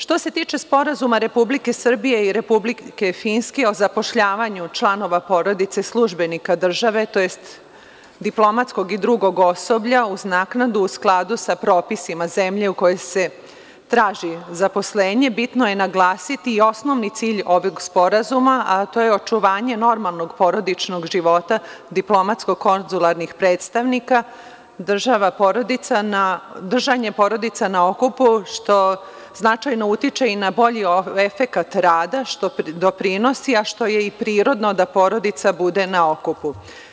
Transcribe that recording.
Što se tiče Sporazuma Republike Srbije i Republike Finske o zapošljavanju članova porodice službenika države, tj. diplomatskog i drugog osoblja uz naknadu u skladu sa propisima zemlje u kojoj se traži zaposlenje bitno je naglasiti i osnovni cilj ovog sporazuma, a to je očuvanje normalnog porodičnog života diplomatskog konzularnih predstavnika, držanje porodica na okupu što značajno utiče i na bolji efekat rada što doprinosi, a što je i prirodno da porodica bude na okupu.